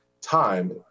time